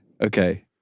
Okay